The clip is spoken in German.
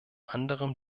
anderem